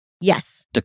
yes